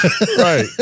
right